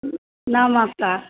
हूँ नमस्कार